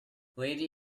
lady